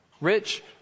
Rich